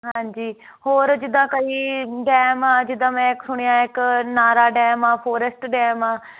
ਹਾਂਜੀ ਹੋਰ ਜਿੱਦਾਂ ਕਈ ਡੈਮ ਜਿੱਦਾਂ ਮੈਂ ਸੁਣਿਆ ਇੱਕ ਨਾਰਾ ਡੈਮ ਆ ਫੋਰੈਸਟ ਡੈਮ ਆ